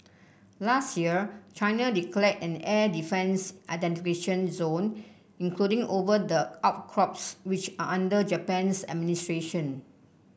last year China declared an air defence identification zone including over the outcrops which are under Japan's administration